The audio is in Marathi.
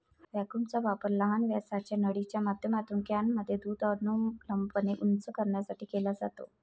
व्हॅक्यूमचा वापर लहान व्यासाच्या नळीच्या माध्यमातून कॅनमध्ये दूध अनुलंबपणे उंच करण्यासाठी केला जातो